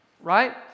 Right